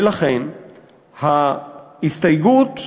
ולכן ההסתייגות אולי,